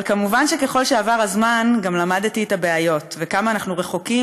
אבל כמובן שככל שעבר הזמן גם למדתי את הבעיות וכמה אנחנו רחוקים